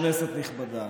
כנסת נכבדה,